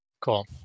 Cool